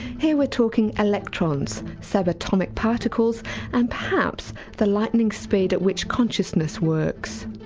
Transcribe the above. here we're talking electrons, sub-atomic particles and perhaps the lightening speed at which consciousness works.